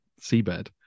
seabed